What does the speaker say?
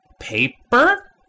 paper